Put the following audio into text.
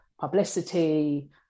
publicity